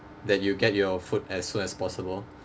that you get your food as soon as possible